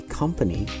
company